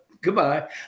Goodbye